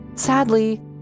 Sadly